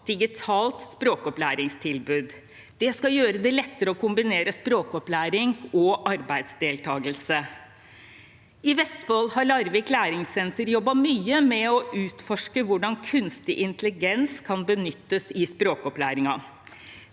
digitalt språkopplæringstilbud. Det skal gjøre det lettere å kombinere språkopplæring og arbeidsdeltakelse. I Vestfold har Larvik Læringssenter jobbet mye med å utforske hvordan kunstig intelligens kan benyttes i språkopplæringen.